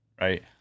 Right